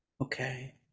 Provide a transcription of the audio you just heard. Okay